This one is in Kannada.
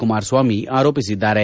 ಕುಮಾರಸ್ವಾಮಿ ಆರೋಪಿಸಿದ್ದಾರೆ